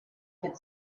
could